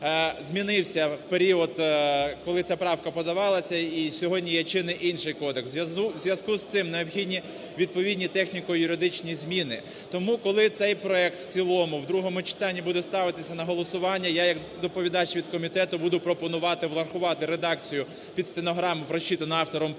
змінився в період, коли ця правка подавалася, і сьогодні є чинний інший кодекс. В зв'язку з цим необхідні відповідні техніко-юридичні зміни. Тому, коли цей проект в цілому в другому читанні буде ставитися на голосування, я як доповідач від комітету буду пропонувати врахувати редакцію під стенограму, прочитану автором правки,